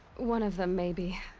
one of them, maybe.